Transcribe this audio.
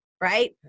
Right